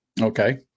Okay